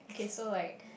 okay so like